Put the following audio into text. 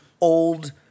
old